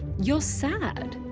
you're sad.